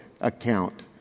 account